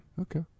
Okay